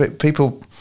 people